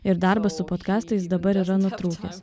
ir darbas su potkastais dabar yra nutrūkęs